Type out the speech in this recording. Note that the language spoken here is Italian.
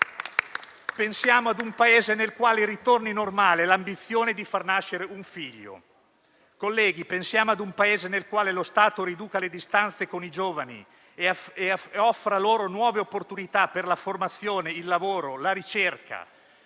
Pensiamo ad un Paese nel quale torni ad essere normale l'ambizione di far nascere un figlio. Colleghi, pensiamo ad un Paese nel quale lo Stato riduca le distanze con i giovani e offra loro nuove opportunità per la formazione, il lavoro, la ricerca.